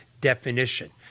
definition